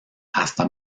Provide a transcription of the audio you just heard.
hasta